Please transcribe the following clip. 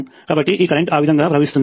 కాబట్టి ఈ కరెంటు ఆ విధంగా ప్రవహిస్తుంది